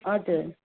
हजुर